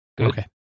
Okay